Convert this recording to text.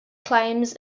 claims